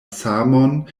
samon